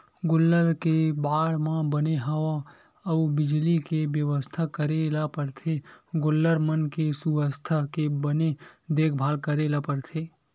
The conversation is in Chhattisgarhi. गोल्लर के बाड़ा म बने हवा अउ बिजली के बेवस्था करे ल परथे गोल्लर मन के सुवास्थ के बने देखभाल करे ल परथे